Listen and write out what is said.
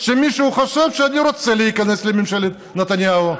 שמישהו חשב שאני רוצה להיכנס לממשלת נתניהו.